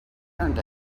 earned